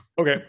Okay